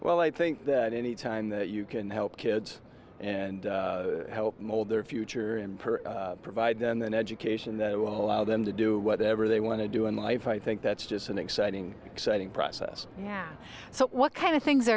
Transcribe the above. well i think that anytime that you can help kids and help mold their future and provide then that education that will allow them to do whatever they want to do in life i think that's just an exciting exciting process yeah so what kind of things